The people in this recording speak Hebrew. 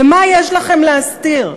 ומה יש לכם להסתיר?